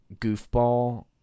goofball